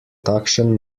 takšen